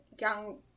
young